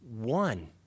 one